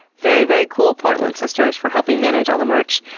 very, very cool portland sisters, for helping manage all the merch.